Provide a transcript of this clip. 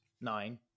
nine